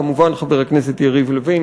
כמובן חבר הכנסת יריב לוין,